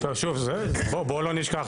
בוא לא נשכח,